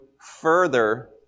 further